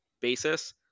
basis